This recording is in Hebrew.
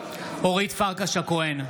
אורית פרקש הכהן,